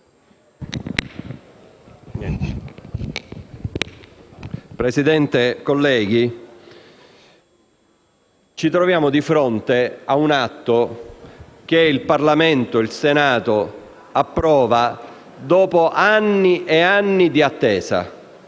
Presidente, colleghi, ci troviamo di fronte ad un atto che il Parlamento ed il Senato approvano dopo anni e anni di attesa.